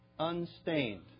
unstained